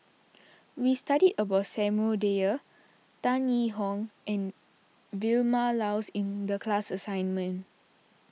we studied about Samuel Dyer Tan Yee Hong and Vilma Laus in the class assignment